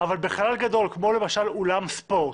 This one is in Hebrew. בחלל גדול, כמו למשל אולם ספורט,